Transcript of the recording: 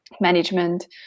management